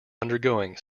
undergoing